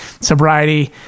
sobriety